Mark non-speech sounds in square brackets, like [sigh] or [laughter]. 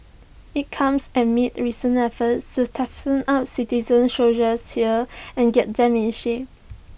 IT comes amid recent efforts to [unintelligible] up citizen soldiers here and get them in shape